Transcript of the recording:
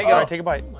yeah and take a bite.